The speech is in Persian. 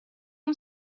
اون